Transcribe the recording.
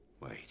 wait